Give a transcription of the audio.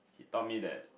taught me that